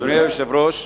אדוני היושב-ראש,